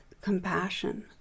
compassion